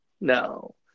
No